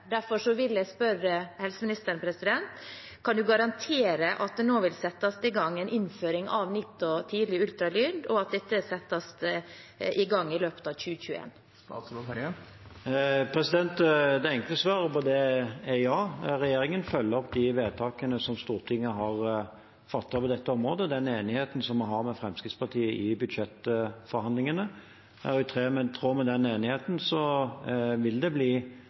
Derfor vil jeg spørre helseministeren: Kan statsråden garantere at det nå vil settes i gang en innføring av NIPT og tidlig ultralyd, og at dette blir satt i gang i løpet av 2021? Det enkle svaret på det er ja. Regjeringen følger opp de vedtakene som Stortinget har fattet på dette området – den enigheten som vi har med Fremskrittspartiet i budsjettforhandlingene. I tråd med den enigheten vil det bli